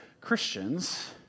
christians